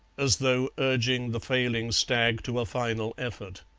as though urging the failing stag to a final effort.